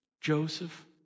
Joseph